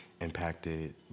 impacted